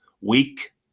weak